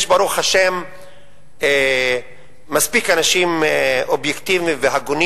יש ברוך השם מספיק אנשים אובייקטיביים והגונים